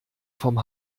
vom